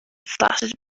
fluttered